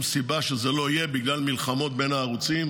סיבה שזה לא יהיה בגלל מלחמות בין הערוצים,